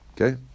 Okay